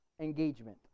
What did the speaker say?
engagement